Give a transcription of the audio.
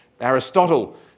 Aristotle